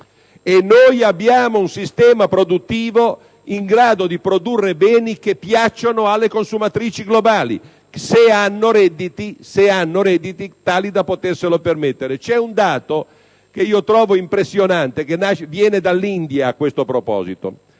E noi abbiamo un sistema produttivo in grado di produrre beni che piacciono alle consumatrici globali, se hanno redditi tali da poterseli permettere. C'è un dato impressionante che viene dall'India, dove hanno